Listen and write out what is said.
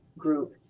group